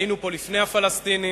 היינו פה לפני הפלסטינים,